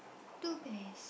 two bears